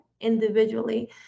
individually